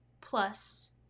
plus